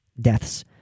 deaths